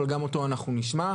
אבל גם אותו אנחנו נשמע.